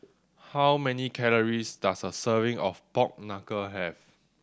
how many calories does a serving of pork knuckle have